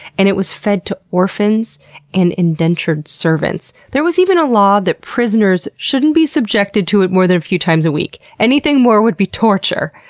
and it was fed to orphans and indentured servants. there was even a law that prisoners shouldn't be subjected to it more than a few times a week. anything more would be torture.